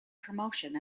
promotion